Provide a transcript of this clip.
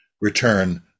return